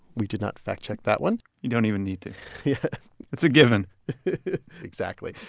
we did not fact-check that one you don't even need to yeah it's a given exactly.